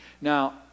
Now